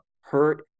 hurt